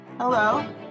Hello